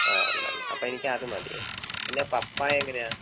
ആ ഉണ്ടല്ലേ അപ്പം എനിക്ക് അത് മതിയേ പിന്നെ പപ്പായ എങ്ങനെയാണ്